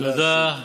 תודה.